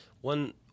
one